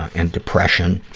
and depression.